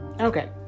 okay